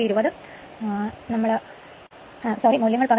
അതായത് 1000 rpm ഇത് ശെരിയാകുന്നില്ല